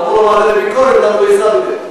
תבואו אחר כך לביקורת למה לא יישמתם.